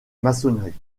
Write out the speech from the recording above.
maçonnerie